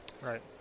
right